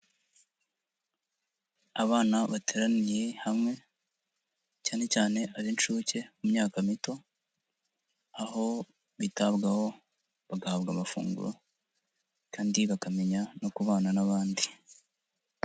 Abana bateraniye hamwe cyane cyane ab'incuke mu myaka mito, aho bitabwaho bagahabwa amafunguro, kandi bakamenya no kubana n'abandi.